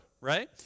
right